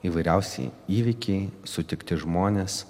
įvairiausi įvykiai sutikti žmonės